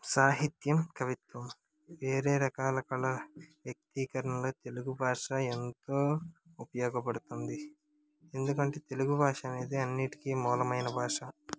సాహిత్యం కవిత్వం వేరే రకాల కళ వ్యక్తీకరణల తెలుగు భాష ఎంతో ఉపయోగపడుతుంది ఎందుకంటే తెలుగు భాష అనేది అన్నింటికి ములమైనా భాష